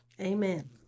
Amen